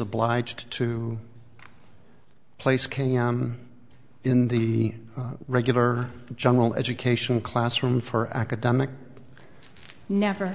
obliged to place kenya in the regular general education classroom for academic never